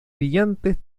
brillantes